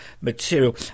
material